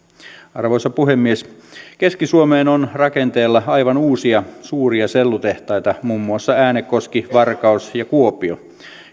arvoisa puhemies keski suomeen on rakenteilla aivan uusia suuria sellutehtaita muun muassa äänekoski varkaus ja kuopio